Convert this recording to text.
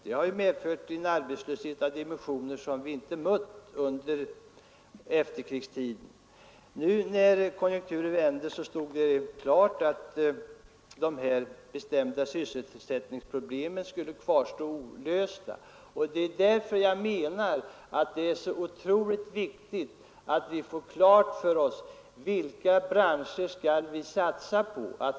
Det har medfört en arbetslöshet av dimensioner som vi inte mött under efterkrigstiden. När konjunkturen vände stod det klart att de här bestämda sysselsättningsproblemen skulle kvarstå olösta, och det är därför så otroligt viktigt att vi vet vilka branscher vi skall satsa på.